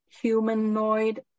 humanoid